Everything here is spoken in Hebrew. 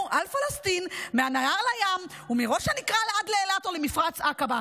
על פלסטין מהנהר לים ומראש הנקרה עד לאילת או למפרץ עקבה.